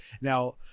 Now